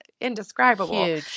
indescribable